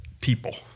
people